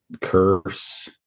curse